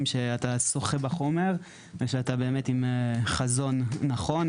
שאתה שוחה בחומר ושאתה עם חזון נכון.